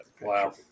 wow